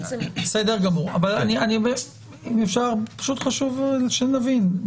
בסדר גמור, פשוט חשוב שנבין.